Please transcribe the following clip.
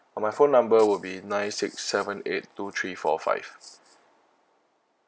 uh my phone number would be nine six seven eight two three four five